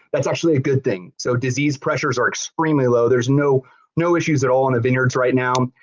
that's actually a good thing so disease pressures are extremely low, there's no no issues at all in the vineyards right now,